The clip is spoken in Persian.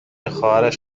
خواهرش